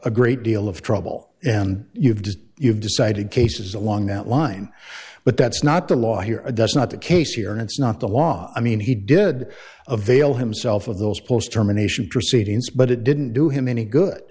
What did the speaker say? a great deal of trouble you've just you've decided cases along that line but that's not the law here does not the case here and it's not the law i mean he did avail himself of those post terminations proceedings but it didn't do him any good